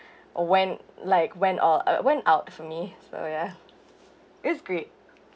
all went like went all uh went out for me sorry ya it's great